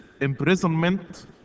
imprisonment